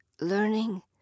learning